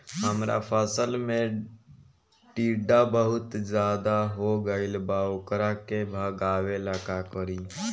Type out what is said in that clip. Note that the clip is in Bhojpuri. हमरा फसल में टिड्डा बहुत ज्यादा हो गइल बा वोकरा के भागावेला का करी?